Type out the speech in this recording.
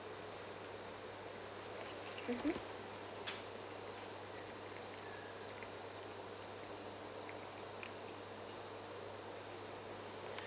mmhmm